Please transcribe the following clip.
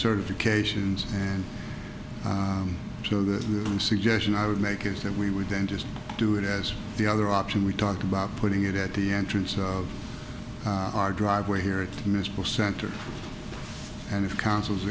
certifications and so the suggestion i would make is that we would then just do it as the other option we talked about putting it at the entrance of our driveway here it's miserable center and if council